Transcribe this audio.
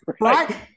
right